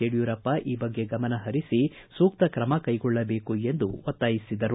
ಯಡಿಯೂರಪ್ಪ ಈ ಬಗ್ಗೆ ಗಮನಹರಿಸಿ ಸೂಕ್ತ ಕ್ರಮ ಕೈಗೊಳ್ಳಬೇಕು ಎಂದು ಒತ್ತಾಯಿಸಿದರು